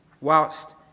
whilst